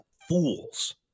fools